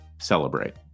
celebrate